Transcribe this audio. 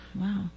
Wow